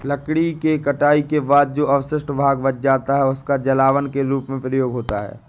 लकड़ी के कटाई के बाद जो अवशिष्ट भाग बच जाता है, उसका जलावन के रूप में प्रयोग होता है